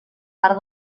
part